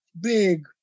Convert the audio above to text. big